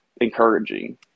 encouraging